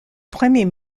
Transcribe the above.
premier